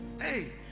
Hey